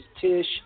Tish